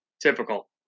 Typical